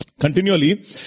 continually